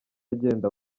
agenda